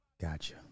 Gotcha